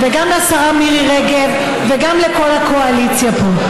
וגם לשרה מירי רגב וגם לכל הקואליציה פה.